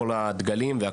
כל נושא הדגלים.